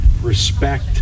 respect